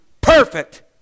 perfect